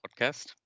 podcast